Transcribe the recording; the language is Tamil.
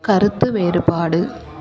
கருத்து வேறுபாடு